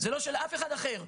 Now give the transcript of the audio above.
לא של אף אחד אחר.